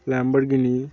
Lamborghini